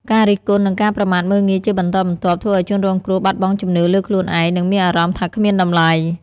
ការរិះគន់ និងការប្រមាថមើលងាយជាបន្តបន្ទាប់ ធ្វើឲ្យជនរងគ្រោះ បាត់បង់ជំនឿលើខ្លួនឯង និងមានអារម្មណ៍ថាគ្មានតម្លៃ។